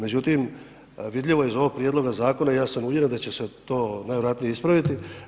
Međutim, vidljivo je iz ovog prijedloga zakona i ja sam uvjeren da će se to najvjerojatnije ispraviti.